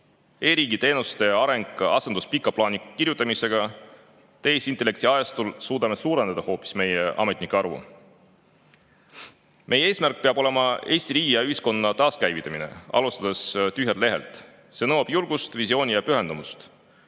e-riigi teenuste areng asendus pika plaani kirjutamisega ning tehisintellekti ajastul suudame hoopis suurendada meie ametnike arvu. Meie eesmärk peab olema Eesti riigi ja ühiskonna taaskäivitamine, alustades tühjalt lehelt. See nõuab julgust, visiooni ja pühendumust.